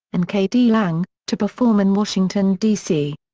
and k d. lang, to perform in washington, d c.